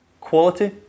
Quality